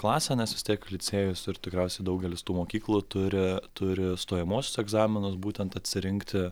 klasę nes vis tiek licėjus ir tikriausiai daugelis tų mokyklų turi turi stojamuosius egzaminus būtent atsirinkti